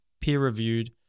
peer-reviewed